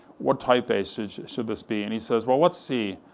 what typeface should this be, and he says, well, let's see,